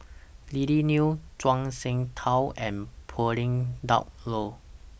Lily Neo Zhuang Shengtao and Pauline Dawn Loh